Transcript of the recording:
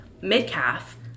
mid-calf